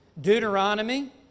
Deuteronomy